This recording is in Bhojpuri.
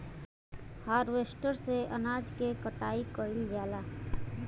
हारवेस्टर से अनाज के कटाई कइल जाला